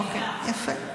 אוקיי, יפה.